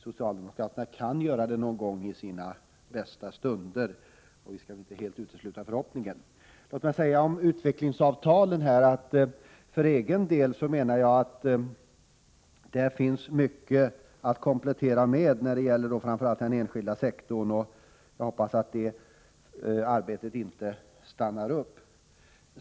Socialdemokraterna kan göra det någon gång i sina bästa stunder, och vi skall väl inte helt utesluta förhoppningen. Låt mig säga om utvecklingsavtalen att där finns mycket att komplettera med, framför allt när det gäller den enskilda sektorn. Jag hoppas att det arbetet inte stannar upp.